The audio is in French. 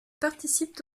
participent